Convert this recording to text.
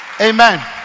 amen